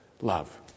love